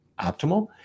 optimal